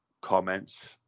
comments